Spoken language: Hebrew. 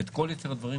ואת כל יתר הדברים,